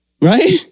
right